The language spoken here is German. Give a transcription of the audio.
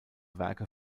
werke